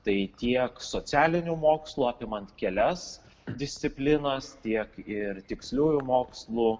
tai tiek socialinių mokslų apimant kelias disciplinas tiek ir tiksliųjų mokslų